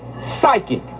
psychic